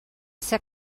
ser